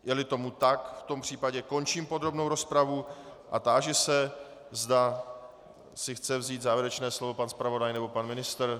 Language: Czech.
Jeli tomu tak, v tom případě končím podrobnou rozpravu a táži se, zda si chce vzít závěrečné slovo pan zpravodaj nebo pan ministr.